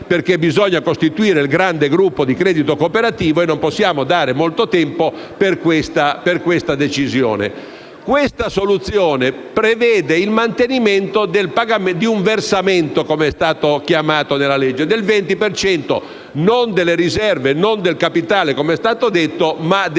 (perché bisogna costituire il grande gruppo di credito cooperativo e non possiamo dare molto tempo per questa decisione). Questa soluzione prevede il mantenimento di un versamento - come è stato chiamato nel testo - del 20 per cento non delle riserve o del capitale (come è stato detto), ma del